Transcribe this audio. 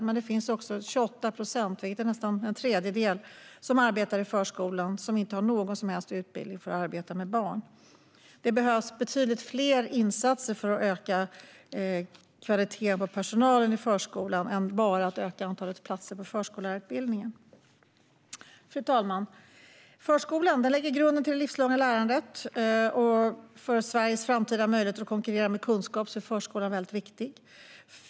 Men 28 procent, vilket är nästan en tredjedel, av dem som arbetar i förskolan har inte någon som helst utbildning för att arbeta med barn. Det behövs betydligt fler insatser för att öka kvaliteten på personalen i förskolan än bara att öka antalet platser på förskollärarutbildningen. Fru talman! Förskolan lägger grunden för det livslånga lärandet, och för Sveriges framtida möjligheter att konkurrera med kunskap är förskolan väldigt viktig.